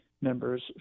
members